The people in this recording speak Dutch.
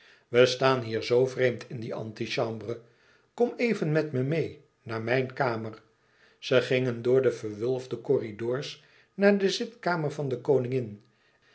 we staan hier zoo vreemd in die antichambre kom even met me meê naar mijn kamer zij gingen door de verwulfde corridors naar de zitkamer van de koningin